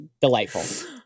Delightful